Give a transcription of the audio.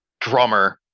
drummer